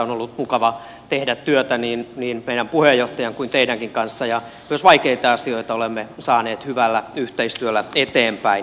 on ollut mukava tehdä työtä niin meidän puheenjohtajan kuin teidänkin kanssa ja myös vaikeita asioita olemme saaneet hyvällä yhteistyöllä eteenpäin